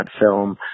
film